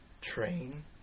Train